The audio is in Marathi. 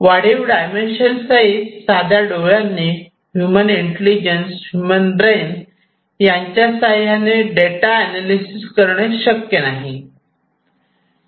वाढीव डायमेन्शन सहीत साध्या डोळ्यांनी ह्युमन इंटलिजन्स ह्युमन ब्रेन यांच्या साह्याने डेटा ऍनॅलिसिस करणे शक्य नाही